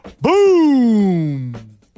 boom